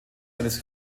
eines